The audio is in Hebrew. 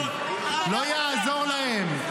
לא יעזור להם.